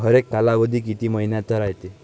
हरेक कालावधी किती मइन्याचा रायते?